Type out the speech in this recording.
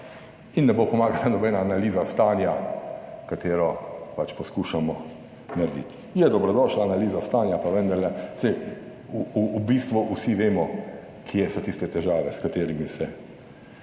in ne bo pomagala nobena analiza stanja, katero pač poskušamo narediti. Je dobrodošla analiza stanja, pa vendarle, saj v bistvu vsi vemo, kje so tiste težave, s katerimi se